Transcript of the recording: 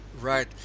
Right